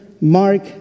mark